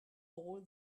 all